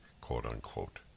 quote-unquote